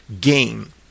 game